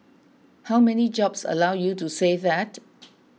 how many jobs allow you to say that